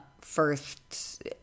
first